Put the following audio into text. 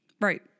Right